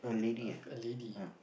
of a lady